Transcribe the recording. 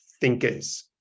thinkers